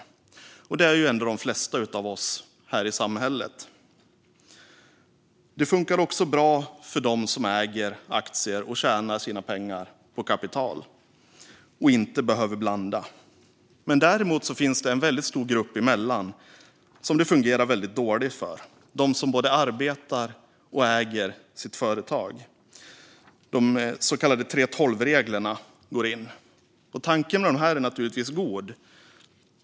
Det gäller ändå de flesta av oss här i samhället. Det fungerar också bra för dem som äger aktier och tjänar sina pengar på kapital och inte behöver blanda. Däremot finns det en väldigt stor grupp däremellan som det fungerar väldigt dåligt för. Det är den grupp som både arbetar och äger sitt företag. Då kommer de så kallade 3:12-reglerna in. Tanken med dem är naturligtvis god.